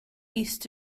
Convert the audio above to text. east